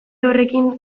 horrekin